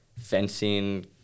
fencing